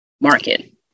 market